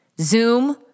Zoom